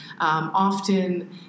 Often